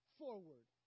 forward